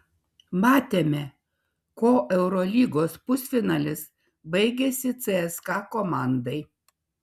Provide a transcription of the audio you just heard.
matėme kuo eurolygos pusfinalis baigėsi cska komandai